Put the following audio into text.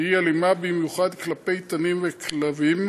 שהיא אלימה במיוחד כלפי תנים וכלבים,